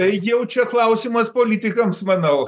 jau čia klausimas politikams manau